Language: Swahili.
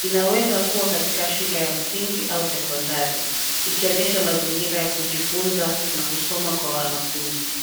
Inaweza kuwa katika shule ya msingi au sekondari, ikionyesha mazingira ya kujifuza na kusoma kwa wanafuzi.